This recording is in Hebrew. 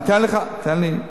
--- סכסוכים --- תן לי,